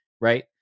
Right